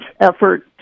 effort